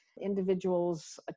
individuals